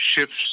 shifts